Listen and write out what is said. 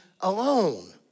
alone